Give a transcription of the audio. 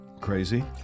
crazy